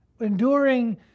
Enduring